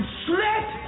slit